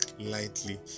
lightly